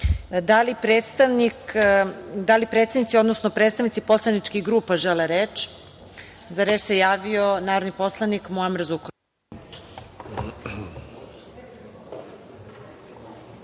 li predsednici, odnosno predstavnici poslaničkih grupa žele reč? (Da)Za reč se javio narodni poslanim Muamer Zukorlić.